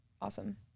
awesome